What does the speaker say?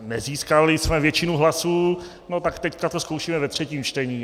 Nezískali jsme většinu hlasů, tak teď to zkoušíme ve třetím čtení.